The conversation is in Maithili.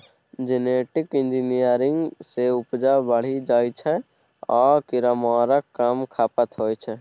जेनेटिक इंजीनियरिंग सँ उपजा बढ़ि जाइ छै आ कीरामारक कम खपत होइ छै